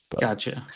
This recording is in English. Gotcha